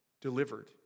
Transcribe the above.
delivered